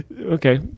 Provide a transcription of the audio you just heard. Okay